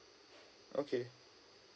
okay